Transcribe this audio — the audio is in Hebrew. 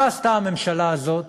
מה עשתה הממשלה הזאת